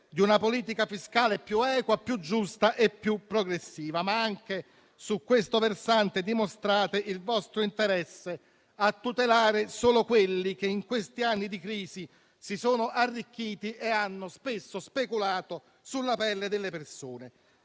di una politica fiscale più equa, più giusta e più progressiva. Ma anche su questo versante dimostrate il vostro interesse a tutelare solo quelli che in questi anni di crisi si sono arricchiti e hanno spesso speculato sulla pelle delle persone.